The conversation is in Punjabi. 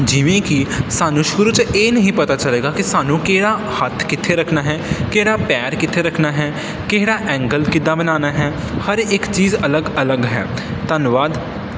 ਜਿਵੇਂ ਕਿ ਸਾਨੂੰ ਸ਼ੁਰੂ 'ਚ ਇਹ ਨਹੀਂ ਪਤਾ ਚਲੇਗਾ ਕਿ ਸਾਨੂੰ ਕਿਹੜਾ ਹੱਥ ਕਿੱਥੇ ਰੱਖਣਾ ਹੈ ਕਿਹੜਾ ਪੈਰ ਕਿੱਥੇ ਰੱਖਣਾ ਹੈ ਕਿਹੜਾ ਐਂਗਲ ਕਿੱਦਾਂ ਬਣਾਉਣਾ ਹੈ ਹਰ ਇੱਕ ਚੀਜ਼ ਅਲੱਗ ਅਲੱਗ ਹੈ ਧੰਨਵਾਦ